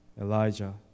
Elijah